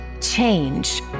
Change